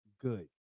good